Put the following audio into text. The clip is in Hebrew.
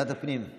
פנים, פנים.